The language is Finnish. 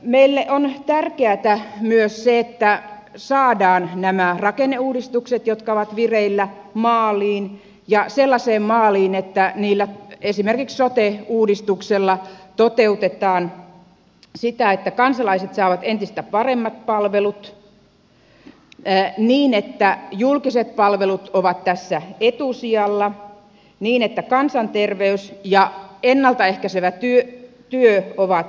meille on tärkeätä myös se että saadaan nämä rakenneuudistukset jotka ovat vireillä maaliin ja sellaiseen maaliin että niillä esimerkiksi sote uudistuksella toteutetaan sitä että kansalaiset saavat entistä paremmat palvelut niin että julkiset palvelut ovat tässä etusijalla ja niin että kansanterveys ja ennalta ehkäisevä työ ovat keskiössä